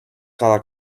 cada